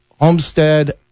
Homestead